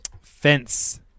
Fence